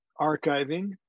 archiving